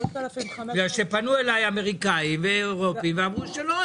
בגלל שפנו אליי אמריקאים ואירופאים ואמרו שלא,